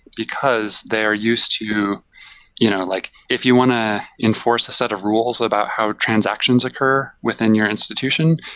because they're used to you know like if you want to enforce a set of rules about how transactions occur within your institution,